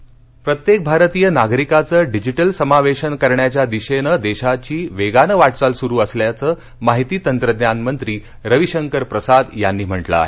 digital सक्षमीकरण प्रत्येक भारतीय नागरिकाचं डिजिटल समावेशन करण्याच्या दिशेनं देशाची वेगानं वाटचाल सुरु असल्याचं माहिती तंत्रज्ञान मंत्री रविशंकर प्रसाद यांनी म्हटलं आहे